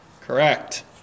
correct